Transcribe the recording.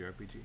RPG